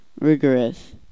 Rigorous